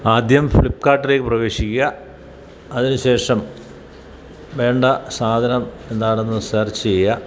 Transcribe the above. ആദ്യം ഫ്ലിപ്പ് കാർട്ടിലേക്ക് പ്രവേശിക്കുക അതിന് ശേഷം വേണ്ട സാധനം എന്താണെന്ന് സെർച്ച്യ്യാ